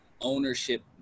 ownership